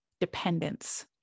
dependence